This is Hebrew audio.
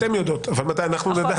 אתן יודעות, אבל מתי אנחנו נדע?